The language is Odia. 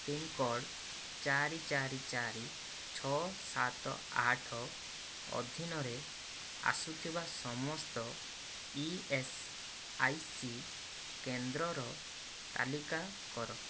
ପିନ୍କୋଡ଼୍ ଚାରି ଚାରି ଚାରି ଛଅ ସାତ ଆଠ ଅଧୀନରେ ଆସୁଥିବା ସମସ୍ତ ଇଏସ୍ଆଇସି କେନ୍ଦ୍ରର ତାଲିକା କର